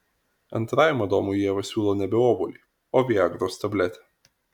antrajam adomui ieva siūlo nebe obuolį o viagros tabletę